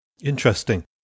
Interesting